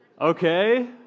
okay